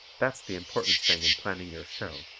that's the important thing in planning your show.